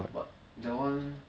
but that one